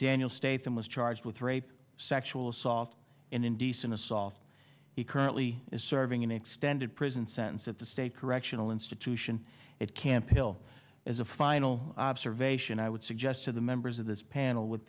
daniel states and was charged with rape sexual assault and indecent assault he currently is serving an extended prison sentence at the state correctional institution it can pill as a final observation i would suggest to the members of this panel with